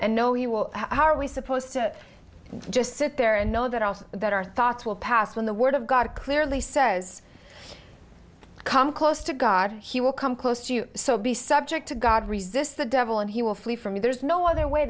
and know he will how are we supposed to just sit there and know that also that our thoughts will pass when the word of god clearly says come close to god he will come close to you so be subject to god resist the devil and he will flee from me there is no other way